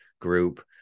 group